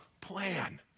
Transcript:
plan